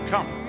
come